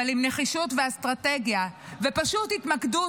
אבל עם נחישות ואסטרטגיה ופשוט התמקדות